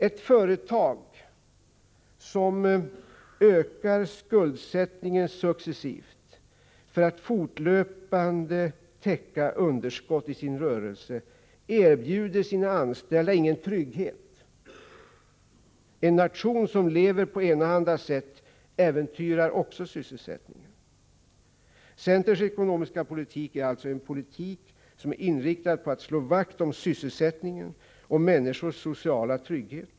Ett företag, som ökar skuldsättningen successivt för att fortlöpande täcka underskott i sin rörelse, erbjuder inte sina anställda någon trygghet. Också en nation som lever på enahanda sätt äventyrar sysselsättningen. Centerns ekonomiska politik är alltså en politik, som är inriktad på att slå vakt om sysselsättning och människors sociala trygghet.